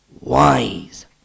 wise